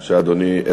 בבקשה, אדוני.